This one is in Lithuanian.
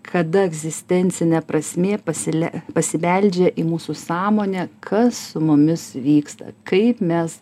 kada egzistencinė prasmė pasile pasibeldžia į mūsų sąmonę kas su mumis vyksta kaip mes